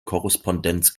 korrespondenz